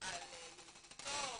על יעילותו,